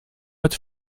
het